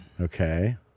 Okay